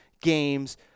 games